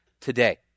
today